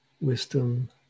wisdom